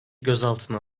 gözaltına